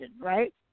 right